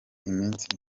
iminsi